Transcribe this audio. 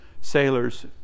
sailors